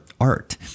art